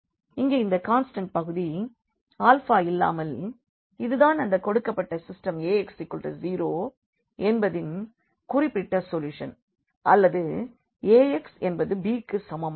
இங்கே இந்த கான்ஸ்டண்ட் பகுதி ஆல்ஃபா இல்லாமல் இருக்கிறது இது தான் அந்த கொடுக்கப்பட்ட சிஸ்டெம் Ax0 என்பதின் குறிப்பிட்ட சொல்யூஷன் அல்லது Ax என்பது b க்கு சமமாகும்